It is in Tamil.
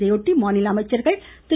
இதையொட்டி மாநில அமைச்சர்கள் திரு